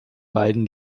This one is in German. beiden